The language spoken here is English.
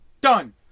Done